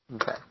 Okay